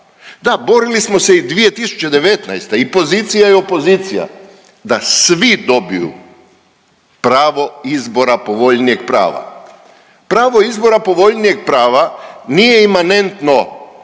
Da, borili smo se i 2019. i pozicija i opozicija da svi dobiju pravo izbora povoljnijeg prava. Pravo izbora povoljnijeg prava nije imanentno